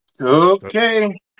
Okay